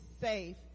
safe